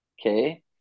Okay